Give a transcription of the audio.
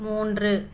மூன்று